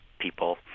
people